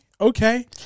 okay